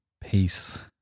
Peace